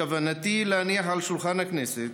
בכוונתי להניח על שולחן הכנסת